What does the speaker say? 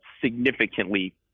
significantly